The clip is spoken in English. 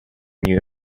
new